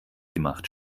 gemacht